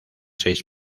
seis